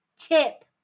tip